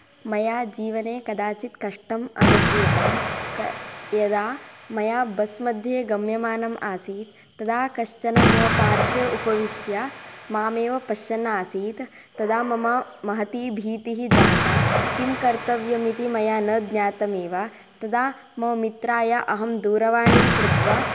मया जीवने कदाचित् कष्टम् अनुभूतं क यदा मया बस् मध्ये गम्यमानम् आसीत् तदा कश्चन मम पार्श्वे उपविश्य मामेव पश्यन्नासीत् तदा मम महती भीतिः जाता किं कर्तव्यमिति मया न ज्ञातमेव तदा मम मित्राय अहं दूरवाणीं कृत्वा